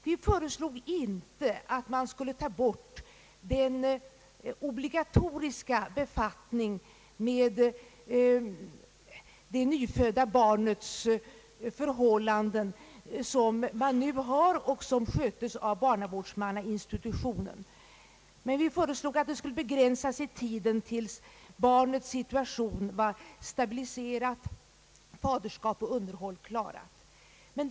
Vi föreslog inte att man skulle slopa den obligatoriska befattning med det nyfödda barnets förhållanden som nu förekommer och som sköts av barnavårdsmannainstitutionen, men vi föreslog att befattningen skulle begränsas i tiden till dess att barnets situation var stabiliserad och faderskap och underhåll hade fastställts.